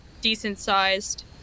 decent-sized